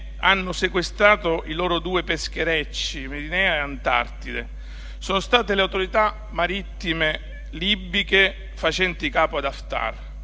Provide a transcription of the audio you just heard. hanno sequestrato i loro due pescherecci Medinea e Antartide; sono state le autorità marittime libiche facenti capo ad Haftar.